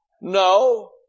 No